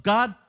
God